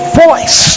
voice